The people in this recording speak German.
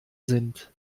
sind